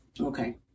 Okay